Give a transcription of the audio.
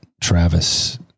Travis